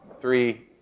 three